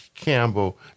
Campbell